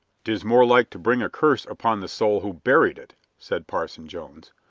tis more like to bring a curse upon the soul who buried it, said parson jones,